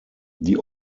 die